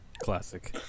Classic